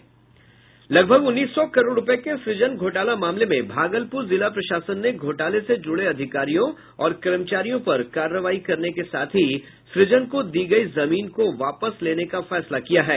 लगभग उन्नीस सौ करोड़ रूपये के सृजन घोटाला मामले में भागलपुर जिला प्रशासन ने घोटाले से जुड़े अधिकारियों और कर्मचारियों पर कार्रवाई करने के साथ ही सुजन को दी गयी जमीन को वापस लेने को फैसला किया है